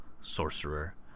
sorcerer